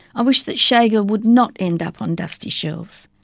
i wish that chega would not end up on dusty shelves.